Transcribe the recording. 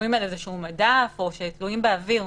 ששוכבים על איזשהו מדף או שתלויים באוויר.